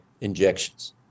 injections